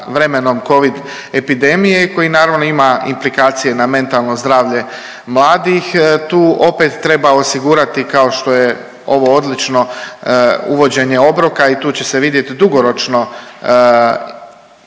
vremenom covid epidemije i koji naravno ima implikacije na mentalno zdravlje mladih. Tu opet treba osigurati kao što je ovo odlično uvođenje obroka i tu će se vidjet dugoročno benefiti